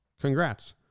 congrats